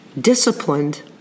disciplined